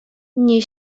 nie